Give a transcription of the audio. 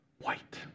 white